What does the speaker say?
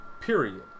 period